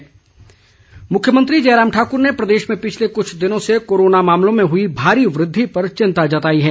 corona CM मुख्यमंत्री जयराम ठाकुर ने प्रदेश में पिछले कुछ दिनों से कोरोना मामलों में हुई भारी वृद्धि पर चिंता जताई है